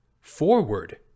forward